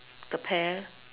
the pear